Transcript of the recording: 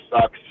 sucks